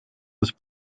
was